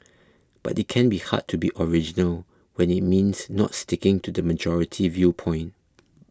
but it can be hard to be original when it means not sticking to the majority viewpoint